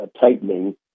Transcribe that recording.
tightening